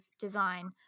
design